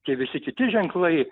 tie visi kiti ženklai